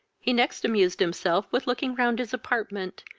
he next amused himself with looking round his apartment,